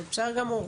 זה בסדר גמור.